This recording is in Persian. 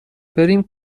بریم